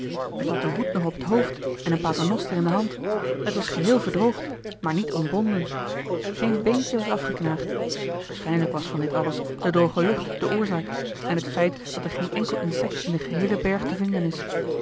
het had den hoed nog op het hoofd en een paternoster in de hand t was geheel verdroogd maar niet ontbonden geen beentje was afgeknaagd waarschijnlijk was van dit alles de droge lucht de oorzaak en het feit dat er geen enkel insect in den geheelen berg te vinden is